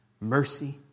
mercy